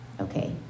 Okay